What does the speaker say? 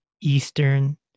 Eastern